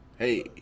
Hey